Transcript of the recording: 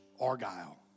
Argyle